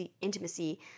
intimacy